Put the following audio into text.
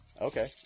okay